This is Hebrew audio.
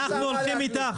אנחנו הולכים איתך.